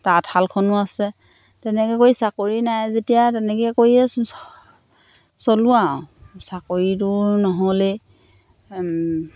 তাঁতশালখনো আছে তেনেকৈ কৰি চাকৰি নাই যেতিয়া তেনেকৈ কৰিয়ে চলোঁ আৰু চাকৰিটো নহ'লেই